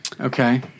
Okay